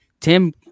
Tim